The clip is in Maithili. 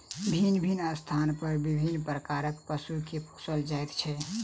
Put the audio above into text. भिन्न भिन्न स्थान पर विभिन्न प्रकारक पशु के पोसल जाइत छै